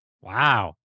Wow